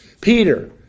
Peter